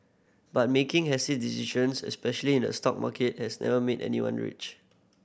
but making hasty decisions especially in the stock market has never made anyone rich